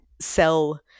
sell